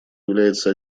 является